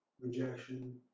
rejection